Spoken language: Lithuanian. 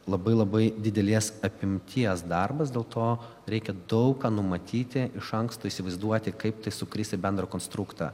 labai labai didelės apimties darbas dėl to reikia daug ką numatyti iš anksto įsivaizduoti kaip tai sukris į bendrą konstruktą